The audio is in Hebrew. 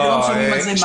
לא משלמים על זה מס.